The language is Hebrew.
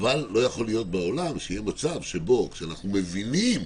אבל לא יכול להיות שיהיה מצב שבו כשאנחנו מבינים